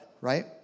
right